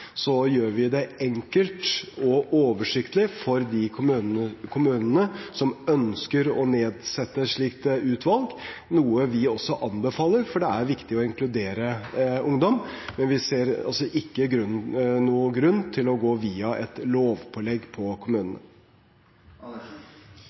gjør vi det enkelt og oversiktlig for de kommunene som ønsker å nedsette et slikt utvalg, noe vi også anbefaler, for det er viktig å inkludere ungdom. Men vi ser altså ikke noen grunn til å gå via et lovpålegg